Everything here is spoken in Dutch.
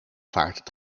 vaart